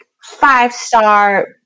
five-star